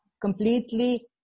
completely